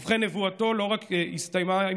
ובכן, נבואתו לא הסתיימה רק